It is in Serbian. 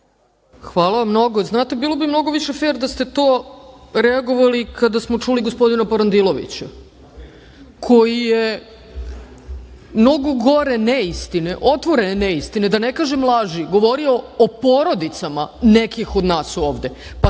Hvala vam mnogo. Znate bilo bi mnogo više fer da ste to reagovali kada smo čuli gospodina Parandilovića, koji je mnogo gore neistine, otvorene neistine, da ne kažem laži govorio o porodicama nekih od nas ovde,